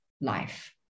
life